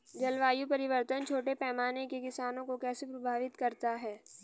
जलवायु परिवर्तन छोटे पैमाने के किसानों को कैसे प्रभावित करता है?